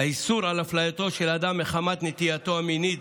איסור אפלייתו של אדם מחמת נטייתו המינית,